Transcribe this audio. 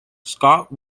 scott